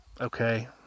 okay